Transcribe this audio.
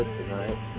tonight